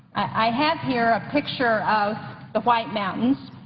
i have here a picture of the white mountains,